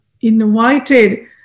invited